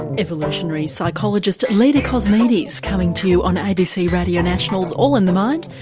evolutionary psychologist leda cosmides coming to you on abc radio national's all in the mind,